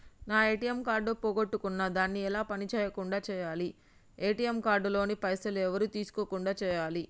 నా ATM card పోగొట్టుకున్నా దాన్ని ఎలా పని చేయకుండా చేయాలి ఏ.టి.ఎమ్ కార్డు లోని పైసలు ఎవరు తీసుకోకుండా చేయాలి?